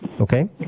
Okay